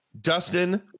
Dustin